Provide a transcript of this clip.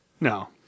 No